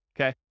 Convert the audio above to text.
okay